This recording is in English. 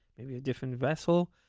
maybe a different vessel.